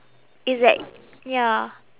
it's like ya